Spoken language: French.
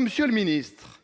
Monsieur le ministre,